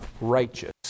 righteous